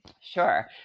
Sure